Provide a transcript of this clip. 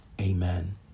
Amen